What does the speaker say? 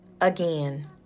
again